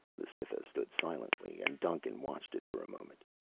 the cytha stood silently and duncan watched it for a moment.